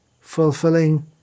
fulfilling